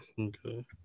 Okay